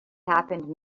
happened